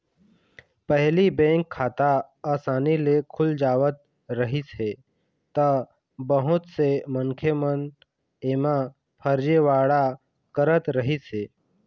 पहिली बेंक खाता असानी ले खुल जावत रहिस हे त बहुत से मनखे मन एमा फरजीवाड़ा करत रहिस हे